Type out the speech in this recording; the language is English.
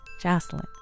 Jocelyn